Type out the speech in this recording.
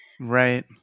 right